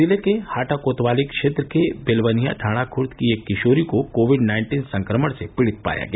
जिले के हाटा कोतवाली क्षेत्र के बेलवनिया ढांढा खुर्द की एक किशोरी को कोविड नाइन्टीन संक्रमण से पीड़ित पाया गया